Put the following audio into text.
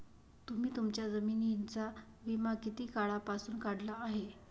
तुम्ही तुमच्या जमिनींचा विमा किती काळापासून काढला आहे?